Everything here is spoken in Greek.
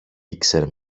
ήξερε